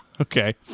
Okay